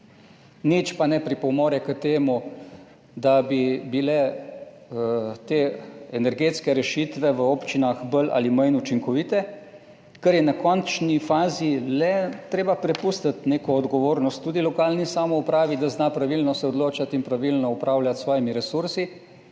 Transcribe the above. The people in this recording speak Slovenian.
Nič pa ne pripomore k temu, da bi bile te energetske rešitve v občinah bolj ali manj učinkovite, ker je v končni fazi le treba prepustiti neko odgovornost tudi lokalni samoupravi, da se zna pravilno odločati in pravilno upravljati s svojimi resursi.